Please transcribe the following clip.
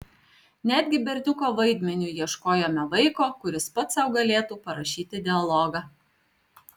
netgi berniuko vaidmeniui ieškojome vaiko kuris pats sau galėtų parašyti dialogą